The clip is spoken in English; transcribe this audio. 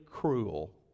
cruel